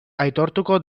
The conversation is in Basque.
aitortuko